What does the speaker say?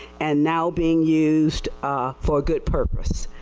and now being used ah for good purpose.